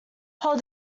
hold